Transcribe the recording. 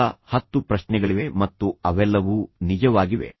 ಕೇವಲ ಹತ್ತು ಪ್ರಶ್ನೆಗಳಿವೆ ಮತ್ತು ಅವೆಲ್ಲವೂ ನಿಜವಾಗಿವೆ